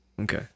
Okay